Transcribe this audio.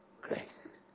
Grace